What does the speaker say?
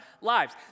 lives